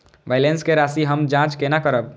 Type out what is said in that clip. Balance के राशि हम जाँच केना करब?